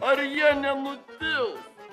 ar jie nenutils